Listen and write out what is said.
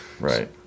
Right